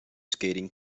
skating